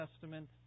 Testament